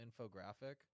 infographic